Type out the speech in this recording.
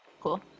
Cool